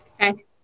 Okay